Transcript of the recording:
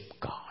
God